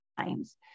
times